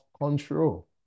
control